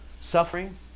Suffering